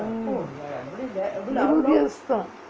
mm இருவது காசு தான்:iruvathu kaasu thaan